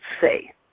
say